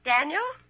Daniel